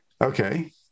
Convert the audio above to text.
Okay